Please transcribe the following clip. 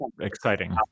exciting